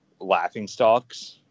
laughingstocks